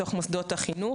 בתוך מוסדות החינוך,